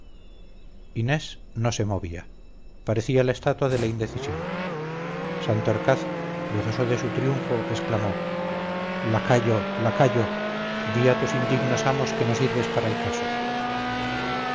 inés no se movía parecía la estatua de la indecisión santorcaz gozoso de su triunfo exclamó lacayo lacayo di a tus indignos amos que no sirves para el caso